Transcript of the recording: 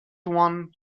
one